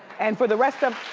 and for the rest of